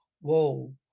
whoa